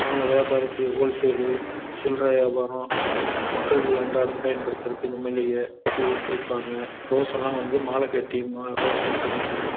அவங்க வியாபாரத்துக்கு ஹோல்சேலு சில்லற வியாபாரம் மக்கள் அன்றாடம் பயன்படுத்துறதுக்கு மல்லிகை பூ விற்பாங்க ரோஸ் எல்லாம் வந்து மாலை கட்டி மா ரோஸு சம்மங்கி